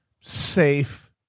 safe